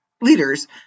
Leaders